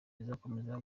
izakomeza